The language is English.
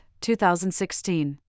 2016